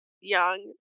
Young